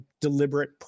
deliberate